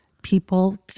People